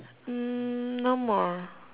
mm no more